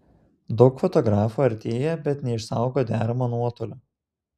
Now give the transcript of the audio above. daug fotografų artėja bet neišsaugo deramo nuotolio